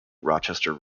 rochester